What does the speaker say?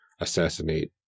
assassinate